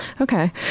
Okay